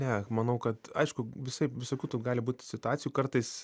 ne manau kad aišku visaip visokių tų gali būti situacijų kartais